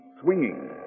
Swinging